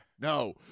No